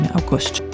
august